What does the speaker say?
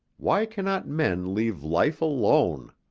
why cannot men leave life alone?